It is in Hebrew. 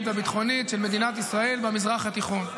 והביטחונית של מדינת ישראל במזרח התיכון.